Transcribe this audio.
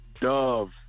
Dove